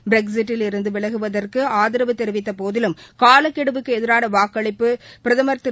ப்ரெக்சிட்டில் இருந்து விலகுவதற்கு ஆதரவு தெரிவித்த போதிலும் காலக்கெடுவுக்கு எதிரான வாக்களிப்பு பிரதமர் திரு